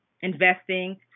investing